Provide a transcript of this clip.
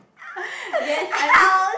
yes I miss